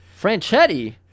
Franchetti